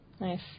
nice